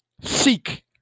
Seek